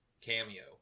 cameo